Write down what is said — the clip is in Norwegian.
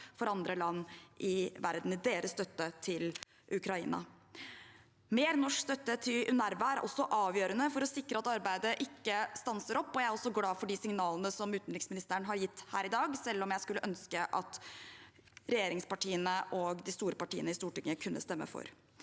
for andre land i verden i deres støtte til Ukraina. Mer norsk støtte til UNRWA er også avgjørende for å sikre at arbeidet ikke stanser opp. Jeg er glad for de signalene utenriksministeren har gitt her i dag, selv om jeg skulle ønske at regjeringspartiene og de store partiene i Stortinget kunne stemme for.